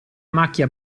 macchia